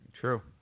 true